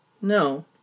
No